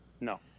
No